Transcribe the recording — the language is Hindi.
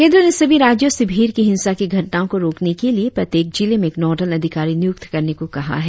केंद्र ने सभी राज्यों से भीड़ की हिंसा की घटनाओं को रोकने के लिए प्रत्येक जिले में एक नोडल अधिकारी नियुक्त करने को कहा है